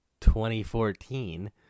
2014